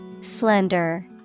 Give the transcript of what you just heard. slender